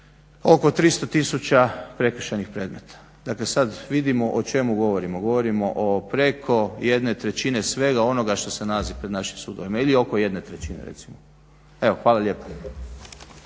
oko 300000 prekršajnih predmeta. Dakle, sad vidimo o čemu govorimo. Govorimo o preko jedne trećine svega onoga što se nalazi pred našim sudovima ili oko jedne trećine recimo. Evo, hvala lijepo.